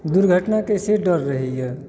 दुर्घटनाके से डर रहैए